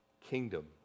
kingdom